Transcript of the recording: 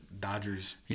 Dodgers